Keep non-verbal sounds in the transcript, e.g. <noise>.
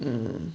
<noise>